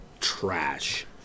trash